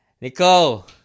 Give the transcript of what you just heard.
Nicole